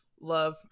love